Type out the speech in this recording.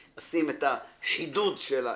אשים את החידוד של העניין.